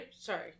Sorry